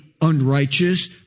unrighteous